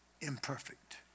imperfect